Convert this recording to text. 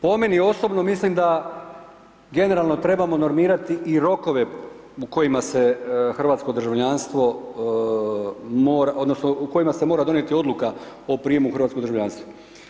Po meni osobno mislim da generalno trebamo normirati i rokove u kojima se hrvatsko državljanstvo mora, odnosno u kojima se mora donijeti odluka o prijemu u hrvatsko državljanstvo.